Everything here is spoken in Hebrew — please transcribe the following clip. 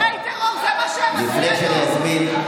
תומכי טרור, זה מה, היא לא מפסיקה לצרוח.